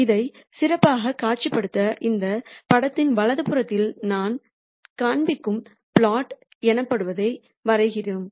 இதை சிறப்பாகக் காட்சிப்படுத்த இந்த படத்தின் வலது புறத்தில் நான் காண்பிக்கும் பிளாட் எனப்படுவதை வரைகிறோம்